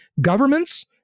governments